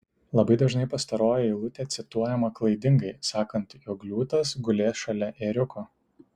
labai dažnai pastaroji eilutė cituojama klaidingai sakant jog liūtas gulės šalia ėriuko